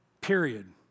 Period